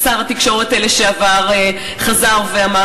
שר התקשורת לשעבר חזר ואמר.